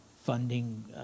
funding